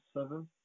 seven